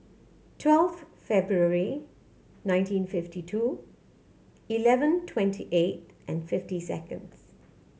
twelfth February nineteen fifty two eleven twenty eight and fifty seconds